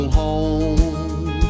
home